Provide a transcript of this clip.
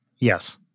Yes